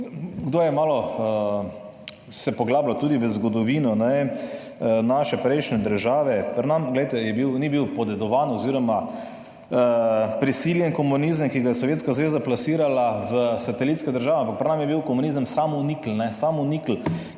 se je malo poglabljal tudi v zgodovino naše prejšnje države, pri nas, glejte, ni bil podedovan oziroma prisiljen komunizem, ki ga je Sovjetska zveza plasirala v satelitsko državo, ampak je bil pri nas komunizem samonikel. Samonikel,